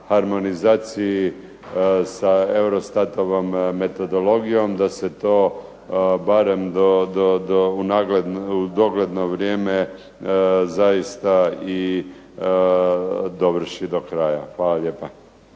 harmonizaciji sa EUROSTAT-ovom metodologijom, da se to barem u dogledno vrijeme zaista i dovrši do kraja. Hvala lijepa.